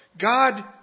God